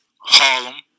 Harlem